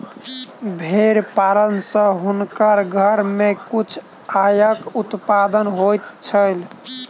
भेड़ पालन सॅ हुनकर घर में किछ आयक उत्पादन होइत छैन